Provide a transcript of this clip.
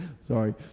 Sorry